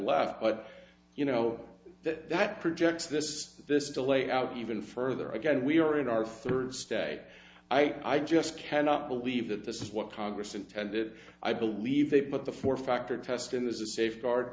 left but you know that that projects this this delay out even further again we are in our third state i just cannot believe that this is what congress intended i believe they put the four factor test in the safeguard